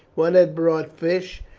one had brought fish,